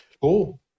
Cool